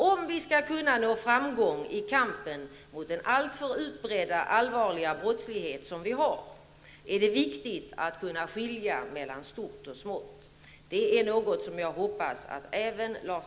Om vi skall kunna nå framgång i kampen mot den alltför utbredda allvarliga brottslighet som vi har, är det viktigt att kunna skilja mellan stort och smått. Det är något som jag hoppas att även Lars